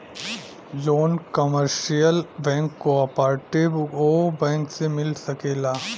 loan commercial bank cooperative bank से मिल सकेला